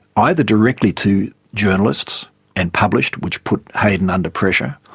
either directly to journalists and published, which put hayden under pressure,